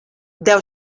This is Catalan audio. deu